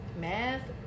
math